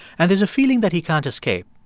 and there's a feeling that he can't escape.